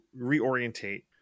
reorientate